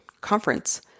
conference